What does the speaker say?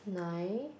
nine